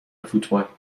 فوتبال